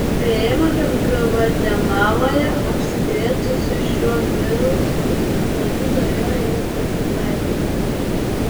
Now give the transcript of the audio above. spėjama kad gvatemaloje apsikrėtusių šiuo virusu žmonių turėjo jau pasitaikyti